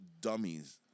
dummies